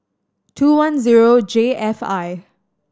two one zero J F I